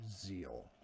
zeal